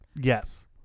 Yes